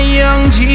young